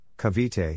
Cavite